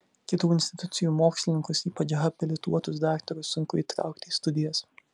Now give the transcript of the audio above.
kitų institucijų mokslininkus ypač habilituotus daktarus sunku įtraukti į studijas